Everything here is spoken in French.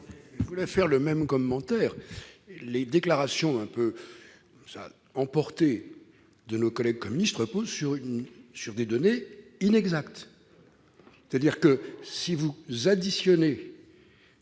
Je voulais faire le même commentaire. Les déclarations un peu emportées de nos collègues communistes reposent sur des données inexactes. Additionnez